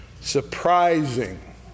surprising